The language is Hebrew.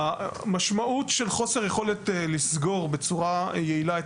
המשמעות של חוסר יכולת לסגור בצורה יעילה את